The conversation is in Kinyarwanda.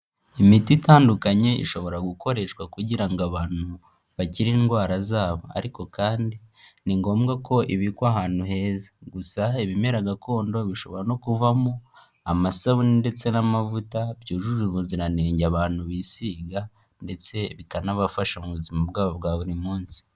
Imiti itandukanye ishobora gukoreshwa kugira ngo abantu bakire indwara zabo. Ariko kandi ni ngombwa ko ibikwa ahantu heza, gusa ibimera gakondo bishobora no kuvamo amasabune ndetse n'amavuta byujuje ubuziranenge abantu bisiga, ndetse bikanabafasha mu buzima bwabo bwa buri munsi.